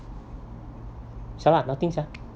siala nothing sia